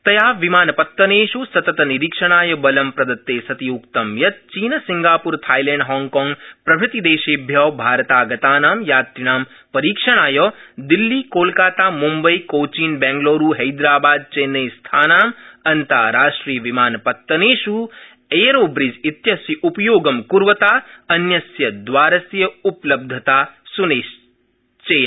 तया विमानपत्तनेष् सततनिरीक्षणाय बलं प्रदत्ते सति उक्तं यत् चीन सिंगाप्र थाईलैंड हांगकांग प्रभृतिदेशेभ्य भारतागतानां यात्रिणां परीक्षणाय दिल्ली कोलकाता म्म्बई कोचीन बेंगलूरू हैदराबाद चेन्नई स्थानां अन्ताराष्ट्रियविमानपत्तनेष् एयरो ब्रिज इत्यस्य उपयोगं कुर्वता अन्यस्य दवारस्य उपलब्धता सुनिश्चेया